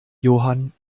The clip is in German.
johann